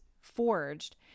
forged